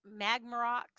Magmarox